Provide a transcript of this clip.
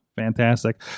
Fantastic